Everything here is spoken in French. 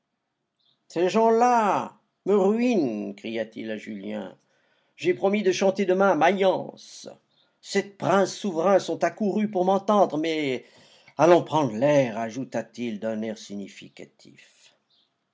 ces gens-ci me ruinent cria-t-il à julien j'ai promis de chanter demain à mayence sept princes souverains sont accourus pour m'entendre mais allons prendre l'air ajouta-t-il d'un air significatif